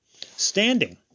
Standing